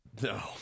No